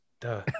Duh